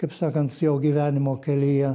kaip sakant jau gyvenimo kelyje